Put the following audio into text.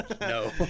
No